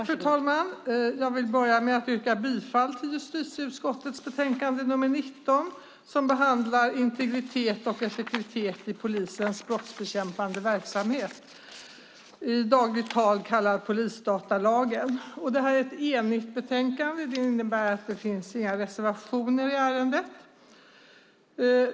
Fru talman! Jag vill börja med att yrka bifall till förslaget i justitieutskottets betänkande nr 19 som behandlar integritet och effektivitet i polisens brottsbekämpande verksamhet, i dagligt tal kallad polisdatalagen. Det här är ett enigt betänkande, vilket innebär att det inte finns några reservationer i ärendet.